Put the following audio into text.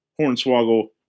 Hornswoggle